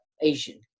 Asian